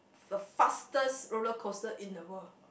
the fastest roller coaster in the world